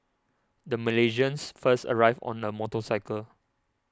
the Malaysians first arrived on a motorcycle